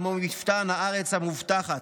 על מו מפתן הארץ המובטחת"